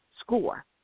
score